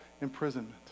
imprisonment